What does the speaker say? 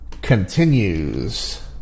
continues